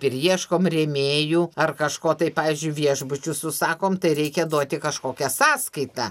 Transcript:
ir ieškom rėmėjų ar kažko tai pavyzdžiui viešbučius užsakom tai reikia duoti kažkokią sąskaitą